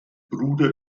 bruder